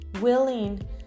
willing